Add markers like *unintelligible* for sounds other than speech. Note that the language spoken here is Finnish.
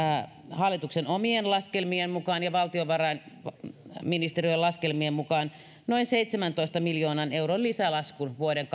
hallituksen omien laskelmien mukaan ja valtiovarainministeriön laskelmien mukaan noin seitsemäntoista miljoonan euron lisälaskun vuoden *unintelligible*